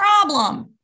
problem